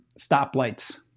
stoplights